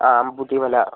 ആ അമ്പുകുത്തി മല